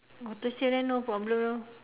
autosave then no problem lor